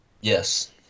Yes